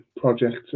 project